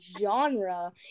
genre